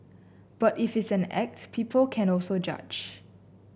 but if it is an act people can also judge